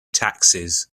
taxes